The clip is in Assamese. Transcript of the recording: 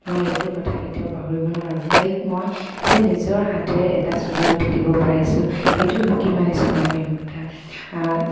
মই এইটো কথা কেতিয়াও পাহৰিব নোৱাৰোঁ তাইক মই যে নিজৰ হাতেৰে এটা চোলা গুঠি দিব পাৰিছোঁ সেইটো কিমান স্মৰণীয় কথা